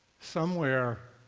somewhere,